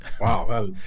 Wow